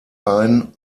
ein